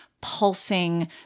pulsing